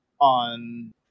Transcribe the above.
on